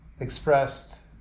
expressed